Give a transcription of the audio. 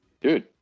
Dude